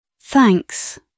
Thanks